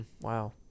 wow